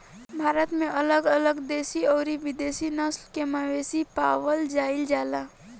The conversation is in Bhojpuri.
भारत में अलग अलग देशी अउरी विदेशी नस्ल के मवेशी पावल जाइल जाला